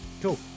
cool